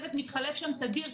הצוות מתחלף שם תדיר,